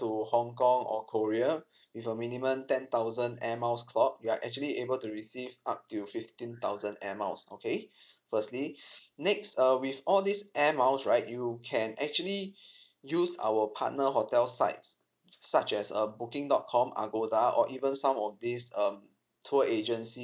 to hongkong or korea with a minimum ten thousand air miles clocked you are actually able to receive up till fifteen thousand air miles okay firstly next uh with all this air miles right you can actually use our partner hotel sites such as uh booking dot com agoda or even some of this um tour agency like